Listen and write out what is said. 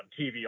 TV